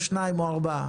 שניים או ארבעה.